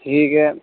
ٹھیک ہے